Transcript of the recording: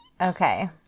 Okay